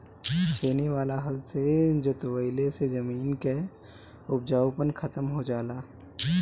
छेनी वाला हल से जोतवईले से जमीन कअ उपजाऊपन खतम हो जाला